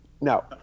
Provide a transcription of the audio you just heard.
No